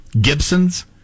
Gibson's